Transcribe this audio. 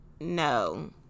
no